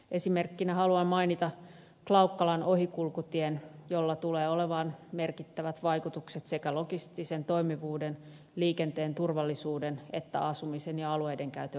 esimerkkinä haluan mainita klaukkalan ohikulkutien jolla tulee olemaan merkittävät vaikutukset sekä logistisen toimivuuden liikenteen turvallisuuden että asumisen ja alueidenkäytön kannalta